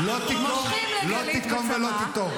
מושכים לגלית בצמה,